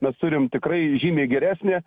mes turim tikrai žymiai geresnį